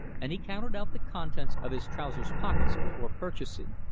and he counted out the contents of his trousers pockets before purchasing.